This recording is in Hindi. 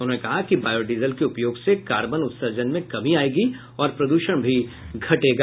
उन्होंने कहा कि बायोडीजल के उपयोग से कार्बन उत्सर्जन में कमी आयेगी और प्रद्रषण भी घटेगा